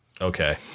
Okay